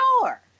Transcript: door